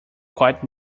quite